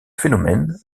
phénomène